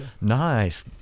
Nice